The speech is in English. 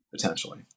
potentially